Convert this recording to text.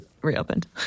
reopened